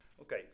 Okay